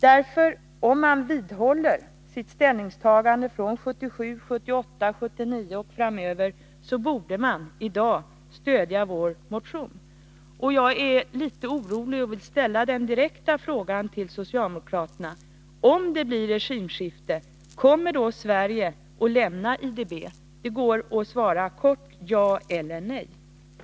Om man vidhåller sitt ställningstagande från åren 1977, 1978, 1979 och framöver, så borde man därför i dag stödja vår motion. Jag är emellertid litet orolig, och jag vill ställa den direkta frågan till socialdemokraterna: Om det blir regimskifte, kommer Sverige då att lämna IDB? Det går att svara kortfattat ja eller nej på den frågan. Herr talman!